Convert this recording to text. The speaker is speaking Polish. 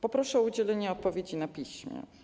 Poproszę o udzielenie odpowiedzi na piśmie.